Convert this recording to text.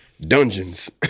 dungeons